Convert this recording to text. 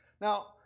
Now